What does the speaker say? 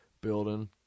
building